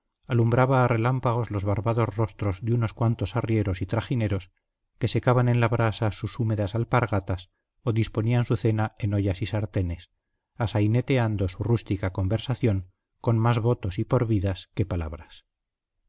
alumbraba a relámpagos los barbados rostros de unos cuantos arrieros y trajineros que secaban en la brasa sus húmedas alpargatas o disponían su cena en ollas y sartenes asaineteando su rústica conversación con más votos y por vidas que palabras